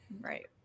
Right